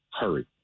hurry